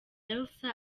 elsa